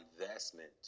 investment